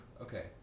Okay